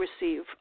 receive